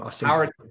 Howard